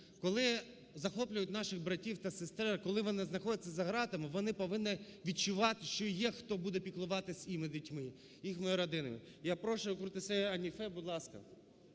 Коли захоплюють наших братів та сестер, коли вони знаходяться за ґратами, вони повинні відчувати, що є, хто буде піклуватися їхніми дітьми, їхніми родинами. І я прошу, Куртсеітова Аніфе, будь ласка.